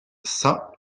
cent